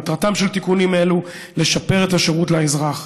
מטרתם של תיקונים אלו לשפר את השירות לאזרח.